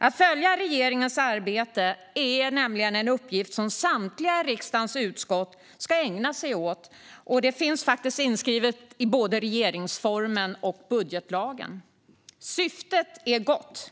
Att följa regeringens arbete är nämligen en uppgift som samtliga riksdagens utskott ska ägna sig åt, och det finns faktiskt inskrivet i både regeringsformen och budgetlagen. Syftet är gott.